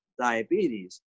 diabetes